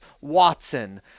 Watson